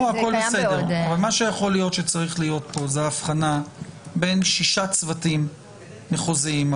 מה שיכול להיות שצריך להיות כאן זו הבחנה בין שישה צוותים מחוזיים.